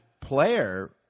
player